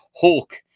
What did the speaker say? Hulk